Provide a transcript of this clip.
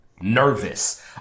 nervous